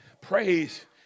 Praise